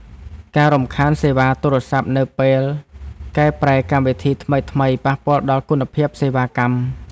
ការរំខានសេវាទូរសព្ទនៅពេលកែប្រែកម្មវិធីថ្មីៗ ប៉ះពាល់ដល់គុណភាពសេវាកម្ម។